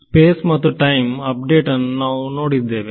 space ಮತ್ತು time update ಅನ್ನು ನಾವು ನೋಡಿದ್ದೇವೆ